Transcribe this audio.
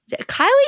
Kylie